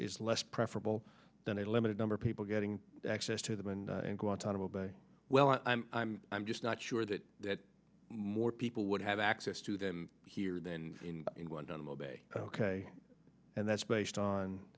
is less preferable than a limited number of people getting access to them and in guantanamo bay well i'm i'm just not sure that that more people would have access to them here than in guantanamo bay and that's based on